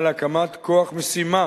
על הקמת כוח משימה